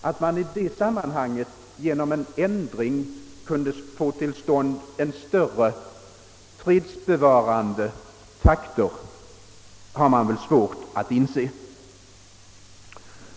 Att man genom att åstadkomma en ändring därvidlag skulle kunna gagna freden är svårt att inse.